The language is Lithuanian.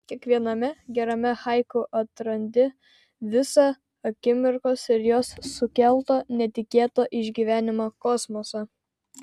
kiekviename gerame haiku atrandi visą akimirkos ir jos sukelto netikėto išgyvenimo kosmosą